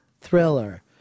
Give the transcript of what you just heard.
Thriller